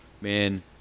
Man